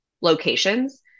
locations